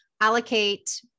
allocate